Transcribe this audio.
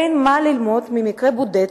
אין מה ללמוד ממקרה בודד